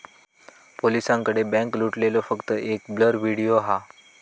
पोलिसांकडे बॅन्क लुटलेलो फक्त एक ब्लर व्हिडिओ हा